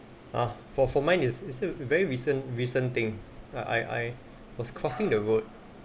uh for for mine is is a very recent recent thing I I was crossing the road